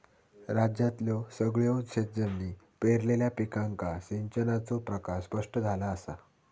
राज्यातल्यो सगळयो शेतजमिनी पेरलेल्या पिकांका सिंचनाचो प्रकार स्पष्ट झाला असा